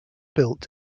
built